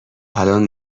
الان